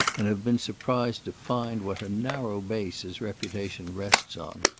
and have been surprised to find what a narrow base his reputation rests on.